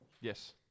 Yes